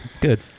Good